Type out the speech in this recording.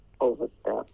overstep